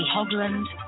Hogland